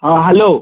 ହଁ ହ୍ୟାଲୋ